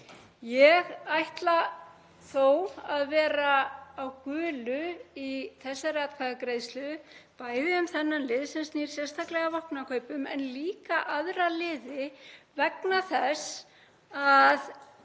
Ég ætla þó að vera á gulu í þessari atkvæðagreiðslu, bæði um þennan lið sem snýr sérstaklega að vopnakaupum en líka aðra liði, vegna þess að